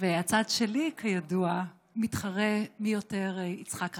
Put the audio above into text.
והצד שלי כידוע מתחרה מי יותר יצחק רבין,